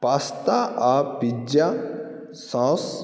pasta आओर pizza sauce